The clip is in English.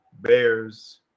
Bears